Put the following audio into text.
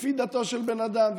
לפי דתו של בן אדם?